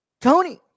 Tony